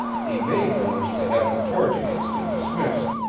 he may manage to have the charge against him dismissed,